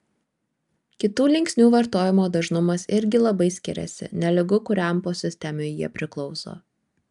kitų linksnių vartojimo dažnumas irgi labai skiriasi nelygu kuriam posistemiui jie priklauso